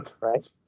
Right